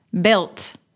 built